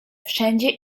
wszędzie